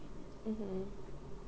mmhmm